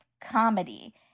comedy